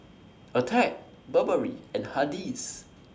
Attack Burberry and Hardy's